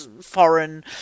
foreign